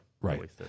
Right